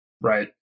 Right